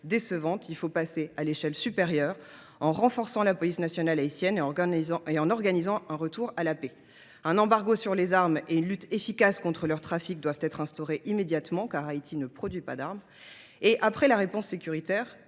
désormais de passer à la vitesse supérieure en renforçant la police nationale haïtienne et en organisant un retour durable à la paix. Un embargo sur les armes ainsi qu’une lutte efficace contre leur trafic doivent être instaurés immédiatement, car Haïti n’en produit pas. Après cette réponse sécuritaire,